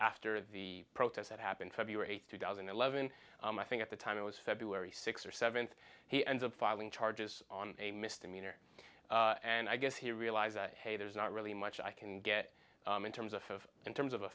after the protests that happened february two thousand and eleven i think at the time it was february sixth or seventh he ends up filing charges on a misdemeanor and i guess he realized that hey there's not really much i can get in terms of in terms of a